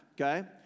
okay